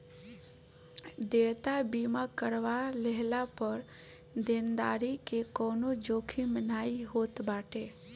देयता बीमा करवा लेहला पअ देनदारी के कवनो जोखिम नाइ होत बाटे